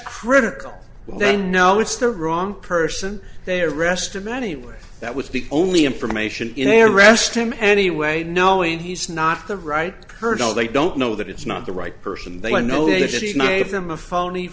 critical they know it's the wrong person they arrest him anyway that was the only information in a arrest him anyway knowing he's not the right colonel they don't know that it's not the right person